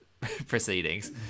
proceedings